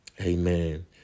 Amen